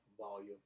volume